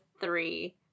three